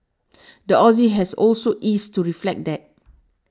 the Aussie has also eased to reflect that